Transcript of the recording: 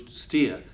steer